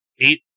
eight